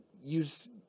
use